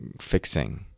fixing